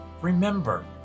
remember